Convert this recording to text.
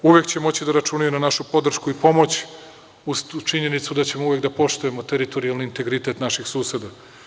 Uvek će moći da računaju na našu podršku i pomoć uz tu činjenicu da ćemo uvek da poštujemo teritorijalni integritet naših suseda.